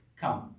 come